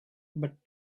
but